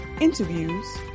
interviews